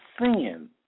sin